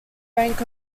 rank